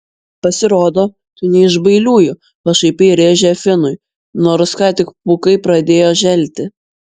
pasirodo tu ne iš bailiųjų pašaipiai rėžė finui nors ką tik pūkai pradėjo želti